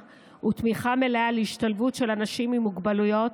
ותמיכה מלאה להשתלבות של אנשים עם מוגבלויות